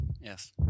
yes